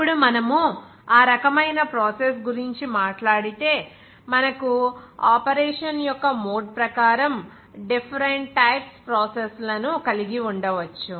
ఇప్పుడు మనము ఆ రకమైన ప్రాసెస్ గురించి మాట్లాడితే మనకు ఆపరేషన్ యొక్క మోడ్ ప్రకారం డిఫరెంట్ టైప్స్ ప్రాసెస్ లను కలిగి ఉండవచ్చు